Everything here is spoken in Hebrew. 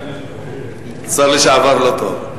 שר לשעבר זה טוב?